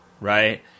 right